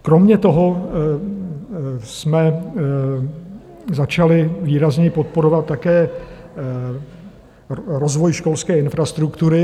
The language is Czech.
Kromě toho jsme začali výrazněji podporovat také rozvoj školské infrastruktury.